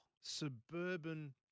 suburban